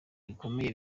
bikomeye